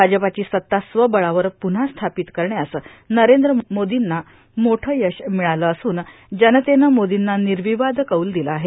भाजपाची सत्ता स्वबळावर प्रन्हा स्थापत करण्यास नरद्र मोर्दाना मोठं यश र्मिळालं असून जनतेनं मोर्दांना र्नाववाद कौल र्दिला आहे